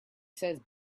says